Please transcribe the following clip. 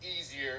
easier